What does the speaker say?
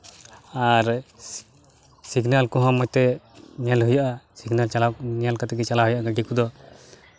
ᱟᱨ signal ᱠᱚᱦᱚᱸ ᱢᱚᱡᱽ ᱛᱮ ᱧᱮᱞ ᱦᱩᱭᱩᱜᱼᱟ ᱥᱤᱜᱽᱱᱮᱞ ᱧᱮᱞ ᱠᱟᱛᱮᱫ ᱜᱮ ᱪᱟᱞᱟᱣ ᱦᱩᱭᱩᱜᱼᱟ ᱜᱟᱹᱰᱤ ᱠᱚᱫᱚ